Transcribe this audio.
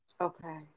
Okay